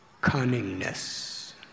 cunningness